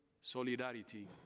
solidarity